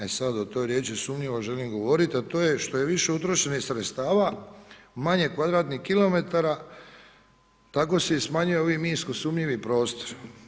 E sad o toj riječi sumnjivo želim govoriti a to je što je više utrošenih sredstava, manje kvadratnih kilometara, tako se i smanjuju ovi minsko sumnjivi prostor.